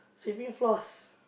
sweeping floors